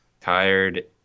Tired